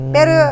Pero